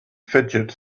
fidget